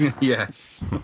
Yes